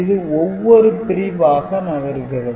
இது ஒவ்வொரு பிரிவாக நகர்கிறது